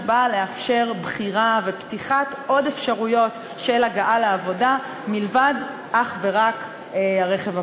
שבאה לאפשר בחירה ופתיחת עוד אפשרויות של הגעה לעבודה מלבד הרכב הפרטי.